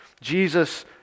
Jesus